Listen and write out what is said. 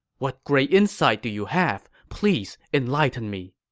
what great insight do you have? please enlighten me!